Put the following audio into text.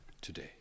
today